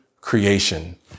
creation